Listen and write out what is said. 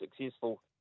successful